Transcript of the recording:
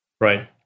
Right